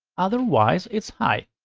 otherwise, it's high.